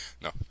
No